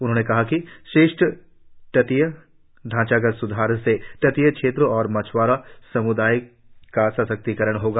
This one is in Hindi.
उन्होंने कहा कि श्रेष्ठ तटीय ढांचागत स्धार से तटीय क्षेत्रों और मछ्आरा सम्दाय का सशक्तिकरण होगा